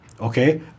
okay